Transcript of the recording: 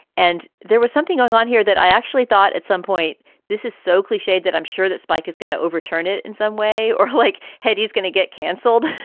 and there was something going on here that i actually thought at some point this is so cliched that i'm sure that spike is going to overturn it in some way or hoylake head. he's going to get canceled.